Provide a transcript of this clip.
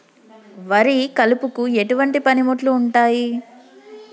వరి కలుపుకు ఎటువంటి పనిముట్లు ఉంటాయి?